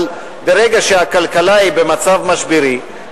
אבל ברגע שהכלכלה במצב משברי,